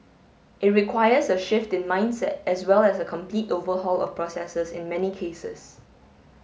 it requires a shift in mindset as well as a complete overhaul of processes in many cases